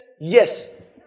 Yes